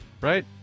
Right